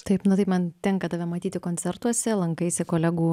taip na taip man tenka tave matyti koncertuose lankaisi kolegų